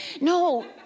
No